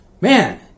man